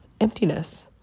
emptiness